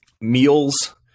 meals